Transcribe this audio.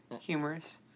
humorous